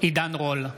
עידן רול,